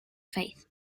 faith